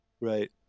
Right